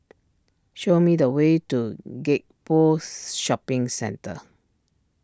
show me the way to Gek Poh Shopping Centre